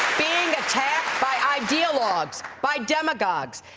being attacked by ideologues, by demagogues.